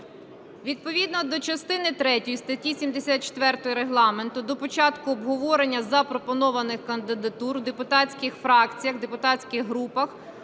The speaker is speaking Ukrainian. Відповідно до частини третьої статті 74 Регламенту до початку обговорення запропонованих кандидатур в депутатських фракціях, в депутатських групах